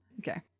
okay